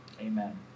amen